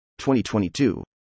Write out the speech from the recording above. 2022